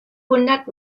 hundert